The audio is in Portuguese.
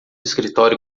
escritório